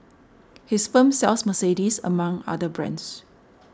his firm sells Mercedes among other brands